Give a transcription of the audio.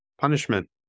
Punishment